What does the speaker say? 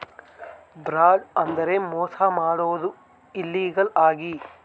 fraud ಅಂದ್ರೆ ಮೋಸ ಮಾಡೋದು ಇಲ್ಲೀಗಲ್ ಆಗಿ